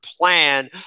plan